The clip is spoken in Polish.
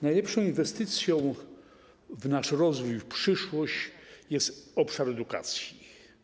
Najlepszą inwestycją w nasz rozwój, w przyszłość, jest wspieranie obszaru edukacji.